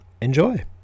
Enjoy